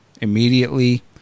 immediately